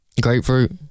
grapefruit